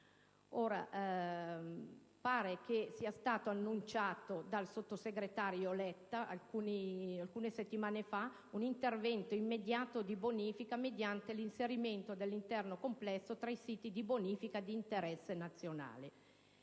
Ora, sembra che sia stato annunciato dal sottosegretario Letta, alcune settimane fa, un intervento immediato di bonifica mediante l'inserimento dell'intero complesso tra i siti di bonifica di interesse nazionale.